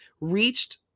reached